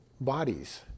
bodies